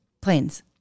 Planes